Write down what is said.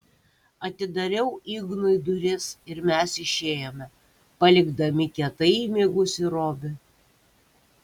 atidariau ignui duris ir mes išėjome palikdami kietai įmigusį robį